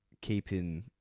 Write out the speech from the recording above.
keeping